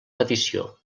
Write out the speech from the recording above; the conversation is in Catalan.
petició